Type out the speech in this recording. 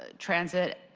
ah transit